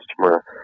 customer